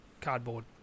cardboard